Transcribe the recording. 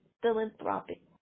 philanthropic